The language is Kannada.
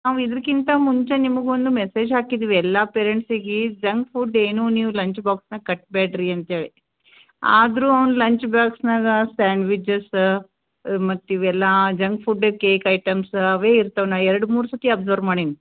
ನಾವು ಇದ್ಕಿಂತ ಮುಂಚೆ ನಿಮಗ ಒಂದು ಮೆಸೇಜ್ ಹಾಕಿದ್ವಿ ಎಲ್ಲ ಪೇರೆಂಟ್ಸಿಗೆ ಈ ಜಂಕ್ ಫುಡ್ ಏನು ನೀವು ಲಂಚ್ ಬಾಕ್ಸ್ನಾಗ ಕಟ್ಬೇಡ ರೀ ಅಂಥೇಳಿ ಆದರು ಅವ್ನ ಲಂಚ್ ಬಾಕ್ಸ್ನಾಗ ಸ್ಯಾಂಡ್ವೀಜಸ್ ಮತ್ತು ಇವೆಲ್ಲ ಜಂಕ್ ಫುಡ್ ಕೇಕ್ ಐಟಮ್ಸ್ ಅವೇ ಇರ್ತಾವ ನಾನು ಎರ್ಡು ಮೂರು ಸರ್ತಿ ಅಬ್ಸರ್ವ್ ಮಾಡೀನಿ